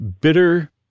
bitter